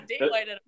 daylight